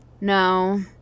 No